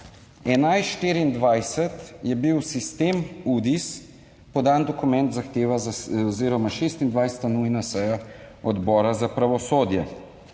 11.24, je bil sistem UDIS podan dokument zahteva za oziroma 26. nujna seja Odbora za pravosodje.